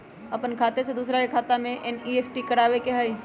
अपन खाते से दूसरा के खाता में एन.ई.एफ.टी करवावे के हई?